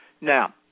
Now